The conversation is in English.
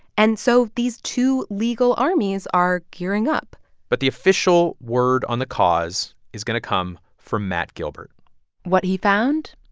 and so these two legal armies are gearing up but the official word on the cause is going to come from matt gilbert what he found?